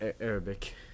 Arabic